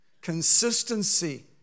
Consistency